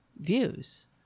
views